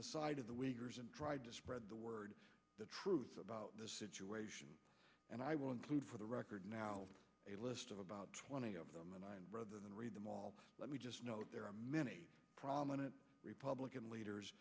the side of the wiggers and tried to spread the word the truth about the situation and i will include for the record now a list of about twenty of them and i rather than read them all let me just note there are many prominent republican leaders